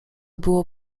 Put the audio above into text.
było